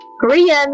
korean